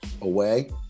away